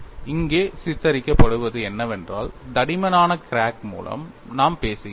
இங்கே சித்தரிக்கப்படுவது என்னவென்றால் தடிமனான கிராக் மூலம் நாம் பேசுகிறோம்